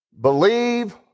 Believe